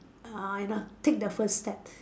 uh you know take the first step